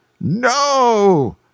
No